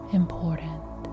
important